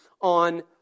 on